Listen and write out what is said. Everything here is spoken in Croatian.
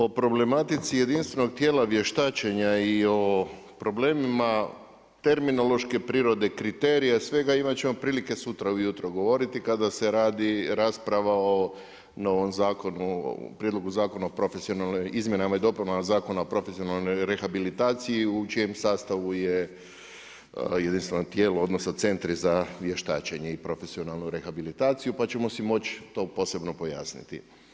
O problematici jedinstvenog tijela vještačenja i o problemima terminološke prirode, kriterije, svega imati ćemo prilike sutra ujutro govoriti kada se radi rasprava o novom zakonu, prijedlogu zakona o, Izmjenama i dopunama Zakona o profesionalnoj rehabilitaciji u čijem sastavu je jedinstveno tijelo, odnosno centri za vještačenje i profesionalnu rehabilitaciju pa ćemo si moći to posebno pojasniti.